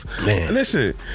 Listen